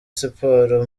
siporo